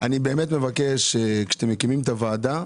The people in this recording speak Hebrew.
אני באמת מבקש, שכשאתם מקימים את הוועדה,